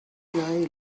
guy